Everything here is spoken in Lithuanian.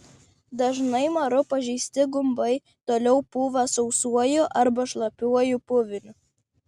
dažnai maru pažeisti gumbai toliau pūva sausuoju arba šlapiuoju puviniu